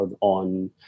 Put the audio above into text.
on